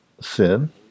sin